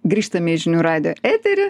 grįžtame į žinių radijo eterį